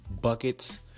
buckets